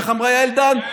איך אמרה יעל דן?